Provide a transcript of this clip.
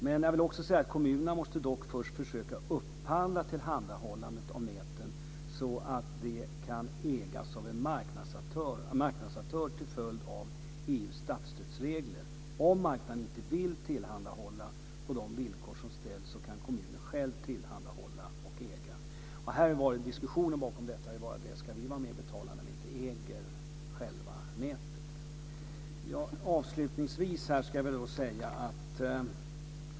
Men kommunerna måste först, till följd av EU:s statsstödsregler, försöka upphandla tillhandahållandet av näten, så att de kan ägas av en marknadsaktör. Om marknaden inte vill tillhandahålla det på de villkor som ställs kan kommunen själv äga och tillhandahålla nät. Diskussionen bakom har gällt om kommunen ska vara med och betala när den inte äger nätet.